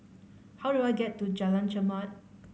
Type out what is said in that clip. how do I get to Jalan Chermat